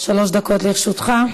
שלוש דקות לרשותך.